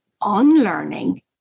unlearning